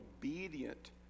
obedient